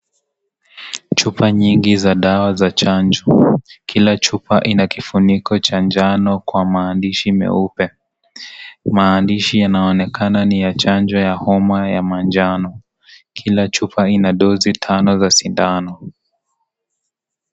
Chupa nyingi za dawa za chanjo, kila chupa ina kifuniko cha njano kwa maandishi meupe. Maandishi yanaonekana ni ya chanjo ya homa ya manjano. Kila chupa ina dosi tano za sindano.